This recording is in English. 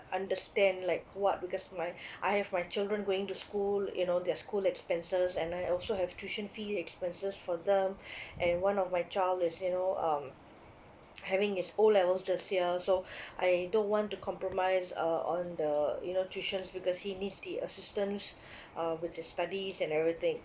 understand like what because my I have my children going to school you know their school expenses and I also have tuition fee expenses for them and one of my child is you know um having his O levels this year so I don't want to compromise uh on the you know tuitions because he needs the assistance uh with his studies and everything